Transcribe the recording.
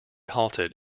halted